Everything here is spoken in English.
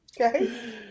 Okay